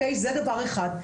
זה דבר אחד.